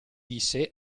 disse